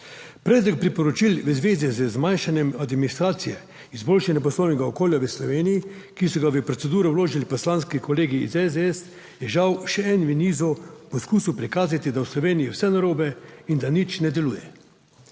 Predlog priporočil v zvezi z zmanjšanjem administracije, izboljšanje poslovnega okolja v Sloveniji, ki so ga v proceduro vložili poslanski kolegi iz SDS, je žal še en v nizu poskusil prikazati, da je v Sloveniji vse narobe in da nič ne deluje.